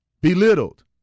belittled